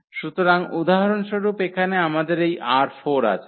সুতরাং উদাহরণস্বরূপ এখানে আমাদের এই ℝ4 আছে